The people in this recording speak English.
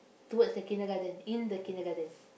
towards the kindergarten in the kindergarten